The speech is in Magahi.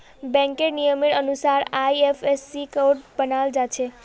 बैंकेर नियमेर अनुसार आई.एफ.एस.सी कोड बनाल जाछे